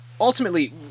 ultimately